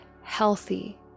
healthy